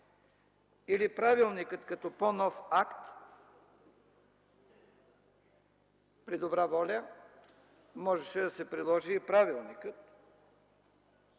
или правилникът като по-нов акт. При добра воля можеше да се приложи и правилникът.